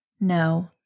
No